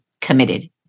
committed